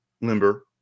limber